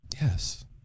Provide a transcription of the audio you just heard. Yes